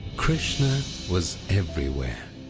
krishna was everywhere!